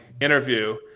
interview